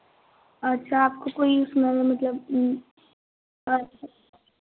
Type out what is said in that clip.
अच्छा आपको कोई उसमे में मतलब